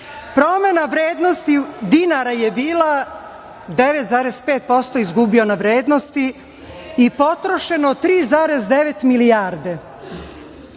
Promena vrednosti dinara je bila 9,5% izgubljena vrednost i potrošeno 3,9 milijardi,